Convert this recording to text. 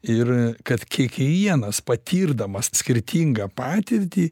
ir kad kiekvienas patirdamas skirtingą patirtį